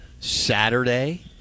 Saturday